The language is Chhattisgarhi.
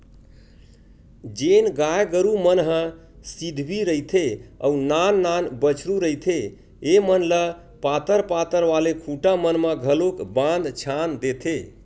जेन गाय गरु मन ह सिधवी रहिथे अउ नान नान बछरु रहिथे ऐमन ल पातर पातर वाले खूटा मन म घलोक बांध छांद देथे